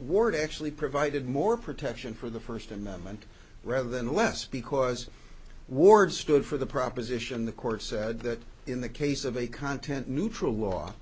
word actually provided more protection for the first amendment rather than less because ward stood for the proposition the court said that in the case of a content neutral law